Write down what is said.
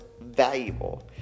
valuable